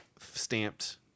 stamped